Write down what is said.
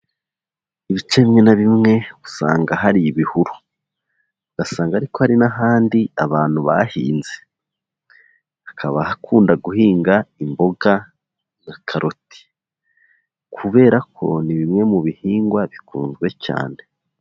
Ibice bimwe na bimwe usanga hari ibihuru, ugasanga ariko hari n'ahandi abantu bahinze, hakaba bakunda guhinga imboga na karoti, kubera ko ni bimwe mu bihingwa bikunzwe cyane.